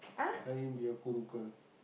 let you be a kurukkal